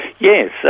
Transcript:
Yes